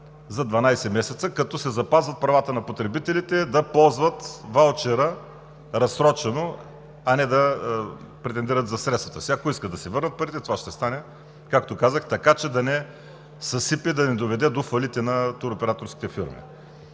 за 12 месеца, като се запазват правата на потребителите да ползват ваучера разсрочено, а не да претендират за средствата си, ако искат да си върнат парите. Това ще стане, както казах, така, че да не съсипе, да не доведе до фалити на туроператорските фирми.